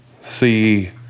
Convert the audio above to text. see